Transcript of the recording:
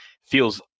feels